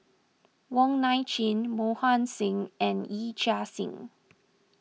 Wong Nai Chin Mohan Singh and Yee Chia Hsing